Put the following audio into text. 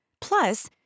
Plus